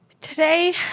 today